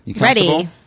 Ready